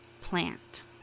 plant